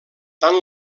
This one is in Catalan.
tant